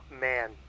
man